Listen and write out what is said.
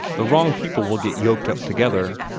the wrong people will get yoked up together.